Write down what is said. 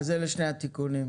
אלה שני התיקונים?